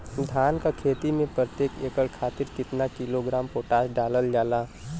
धान क खेती में प्रत्येक एकड़ खातिर कितना किलोग्राम पोटाश डालल जाला?